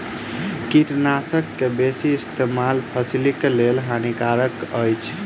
कीटनाशक के बेसी इस्तेमाल फसिलक लेल हानिकारक अछि